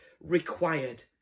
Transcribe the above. required